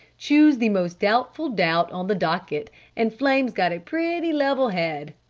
choose the most doubtful doubt on the docket and flame's got a pretty level head,